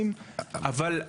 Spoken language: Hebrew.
ב-30% הנותרים,